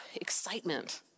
excitement